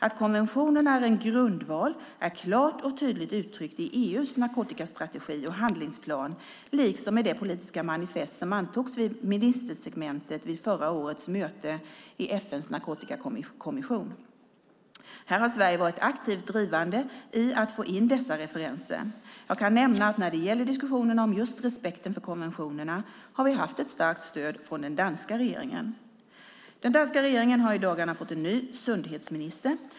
Att konventionerna är en grundval är klart och tydligt uttryckt i EU:s narkotikastrategi och handlingsplan liksom i det politiska manifest som antogs vid ministersegmentet vid förra årets möte i FN:s narkotikakommission. Här har Sverige varit aktivt drivande i att få in dessa referenser. Jag kan nämna att när det gäller diskussionerna om just respekten för konventionerna har vi haft ett starkt stöd från den danska regeringen. Den danska regeringen har i dagarna fått en ny sundhetsminister.